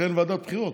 כי אין ועדת בחירות,